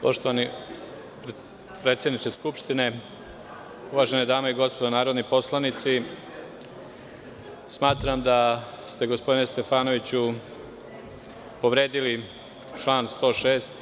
Poštovani predsedniče Skupštine, uvažene dame i gospodo narodni poslanici, smatram da ste, gospodine Stefanoviću povredili član 106.